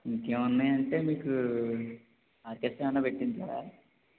ఇంకేమైనా ఉన్నాయి అంటే మీకు ఆర్కెస్ట్రా ఏమైనా పెట్టించాలి